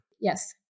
Yes